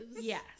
Yes